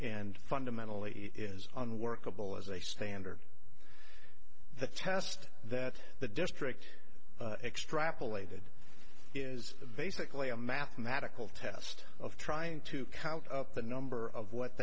and fundamentally is unworkable as a standard the test that the district extrapolated is basically a mathematical test of trying to count up the number of what